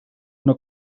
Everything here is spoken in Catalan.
una